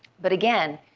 but again,